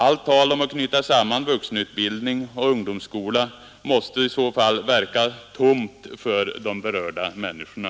Allt tal om att knyta samman vuxenutbildning och ungdomsskola måste i så fall verka tomt för de berörda människorna.